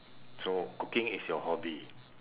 so cooking is your hobby